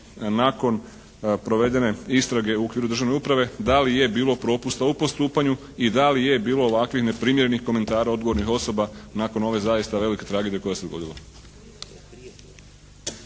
nakon provedene istrage u okviru državne uprave da li je bilo propusta u postupanju i da li je bilo ovakvih neprimjerenih komentara odgovornih osoba nakon ove zaista velike tragedije koja se dogodila.